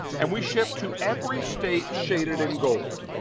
and we ship to every state, shaded in gold.